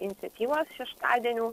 iniciatyvos šeštadienių